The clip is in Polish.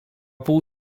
pół